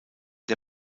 der